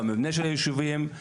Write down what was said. במבנה של היישובים,